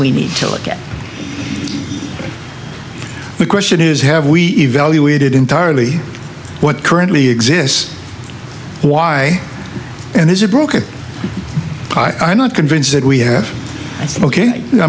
we need to look at the question is have we evaluated entirely what currently exists why there's a broken i'm not convinced that we have